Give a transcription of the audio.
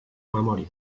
memòria